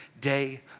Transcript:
day